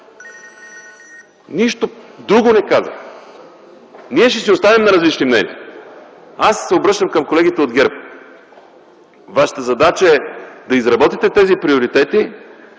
Нищо друго не казах. Ние ще си останем на различни мнения. Обръщам се към колегите от ГЕРБ: вашата задача е да изработите тези приоритети,